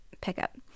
pickup